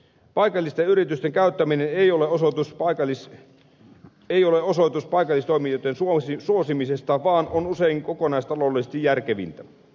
paikallisten yritysten käyttäminen ei ole osoitus paikallistoimijoiden suosimisesta vaan on usein kokonaistaloudellisesti järkevintä